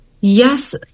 Yes